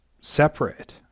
separate